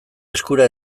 eskura